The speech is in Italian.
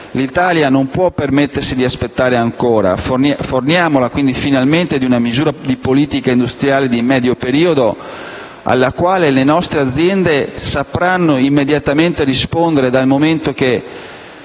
L'Italia non può permettersi di aspettare ancora: forniamola finalmente di una misura di politica industriale di medio periodo alla quale le nostre aziende sapranno immediatamente rispondere, dal momento che,